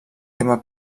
tema